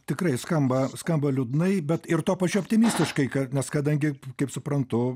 tikrai skamba skamba liūdnai bet ir tuo pačiu optimistiškai nes kadangi kaip suprantu